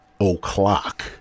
o'clock